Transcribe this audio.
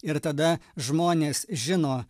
ir tada žmonės žino